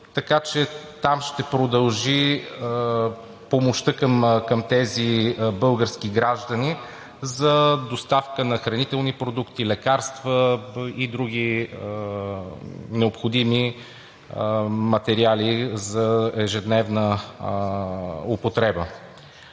Така че там ще продължи помощта към тези български граждани за доставка на хранителни продукти, лекарства и други необходими материали за ежедневна употреба.